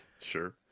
Sure